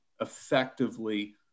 effectively